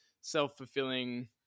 self-fulfilling